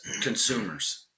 consumers